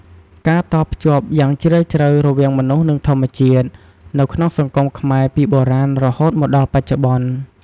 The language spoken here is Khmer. ការតភ្ជាប់យ៉ាងជ្រាលជ្រៅរវាងមនុស្ស និងធម្មជាតិ នៅក្នុងសង្គមខ្មែរពីបុរាណរហូតមកដល់បច្ចុប្បន្ន។